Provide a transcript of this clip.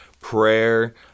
prayer